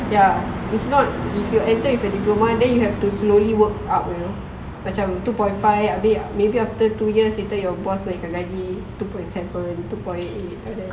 ya if not if you enter with a diploma and then you have to slowly work up you know macam two point five abeh maybe after two years later your boss naikkan gaji two point seven two point eight I don't know